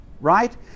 Right